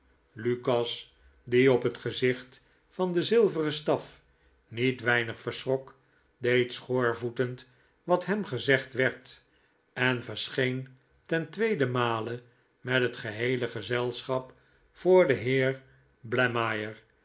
lukas die op het gezicht van den zilveren staf niet weinig verschrok deed schoorvoetend wat hem gezegd werd en verscheen ten tweeden male met het geheele gezelschap voor den heer